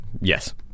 yes